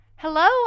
Hello